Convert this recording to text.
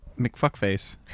McFuckface